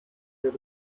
get